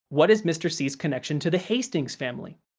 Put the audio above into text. what is mr. c's connection to the hastings family?